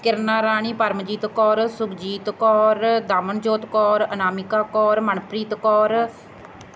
Kirna Rani Paramjit Kaur Sukhjit Kaur Damanjot Kaur Anamika Kaur Manpreet Kaur